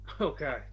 okay